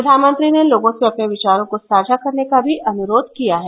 प्रधानमंत्री ने लोगों से अपने विचारों को साझा करने का भी अनुरोध किया है